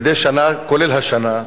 מדי שנה, כולל השנה,